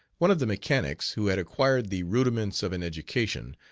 one of the mechanics, who had acquired the rudiments of an education,